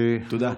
תודה.